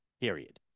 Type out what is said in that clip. period